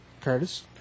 Curtis